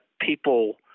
people